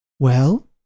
Well